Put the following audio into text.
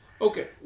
Okay